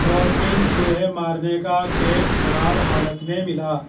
Mortein چوہے مارنے کا کیک خراب حالت میں ملا